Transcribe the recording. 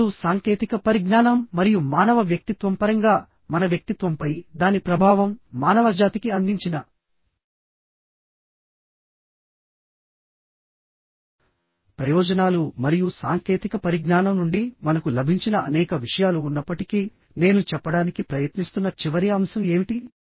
ఇప్పుడు సాంకేతిక పరిజ్ఞానం మరియు మానవ వ్యక్తిత్వం పరంగా మన వ్యక్తిత్వంపై దాని ప్రభావం మానవజాతికి అందించిన ప్రయోజనాలు మరియు సాంకేతిక పరిజ్ఞానం నుండి మనకు లభించిన అనేక విషయాలు ఉన్నప్పటికీ నేను చెప్పడానికి ప్రయత్నిస్తున్న చివరి అంశం ఏమిటి